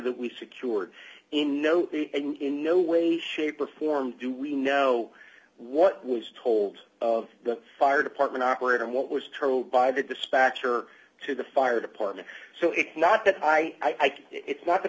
that we secured in no in no way shape or form do we know what was told of the fire department awkward and what was told by the dispatcher to the fire department so it's not that i can it's not that